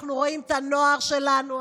אנחנו רואים את הנוער שלנו,